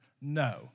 No